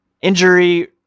injury